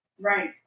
Right